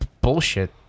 bullshit